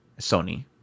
Sony